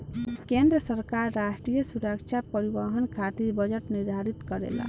केंद्र सरकार राष्ट्रीय सुरक्षा परिवहन खातिर बजट निर्धारित करेला